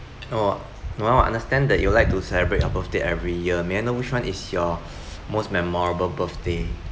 oh noel I understand that you like to celebrate your birthday every year may I know which one is your most memorable birthday